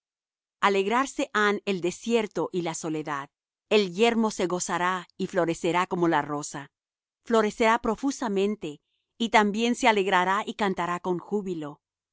alegrarse han el desierto y la soledad el yermo se gozará y florecerá como la rosa florecerá profusamente y también se alegrará y cantará con júbilo